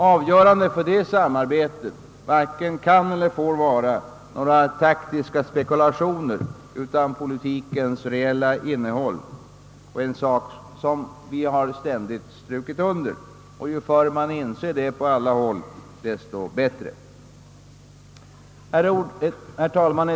Avgörande för detta samarbete varken kan eller får vara några taktiska spekulationer utan politikens reella innehåll. Detta är en sak som vi ständigt har strukit under och ju förr man inser det på allvar desto bättre. Herr talman!